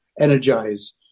energize